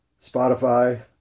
Spotify